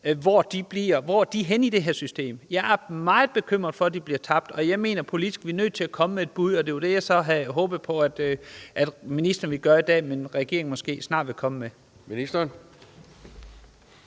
Hvor er de henne i det her system? Jeg er meget bekymret for, at de bliver tabt, og jeg mener politisk, at vi er nødt til at komme med et bud. Det var så det, jeg havde håbet på at ministeren ville gøre i dag, og jeg håber, at regeringen måske snart vil komme med det.